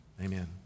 amen